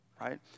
right